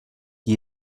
qui